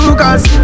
cause